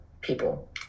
people